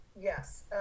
Yes